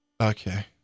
okay